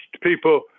people